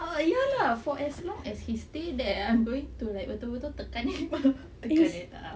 ya lah for as long as he stay there I'm going to like betul-betul tekan